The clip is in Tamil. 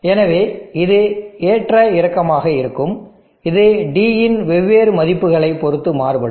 எனவே இது ஏற்ற இறக்கமாக இருக்கும் இது d இன் வெவ்வேறு மதிப்புகளைப் பொறுத்து மாறுபடும்